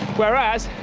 whereas,